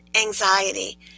anxiety